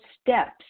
steps